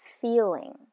feeling